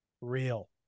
real